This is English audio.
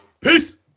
Peace